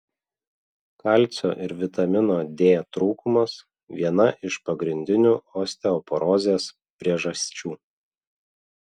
kalcio ir vitamino d trūkumas viena iš pagrindinių osteoporozės priežasčių